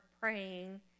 praying